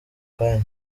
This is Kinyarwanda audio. kanya